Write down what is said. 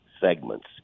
segments